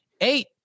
Eight